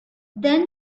then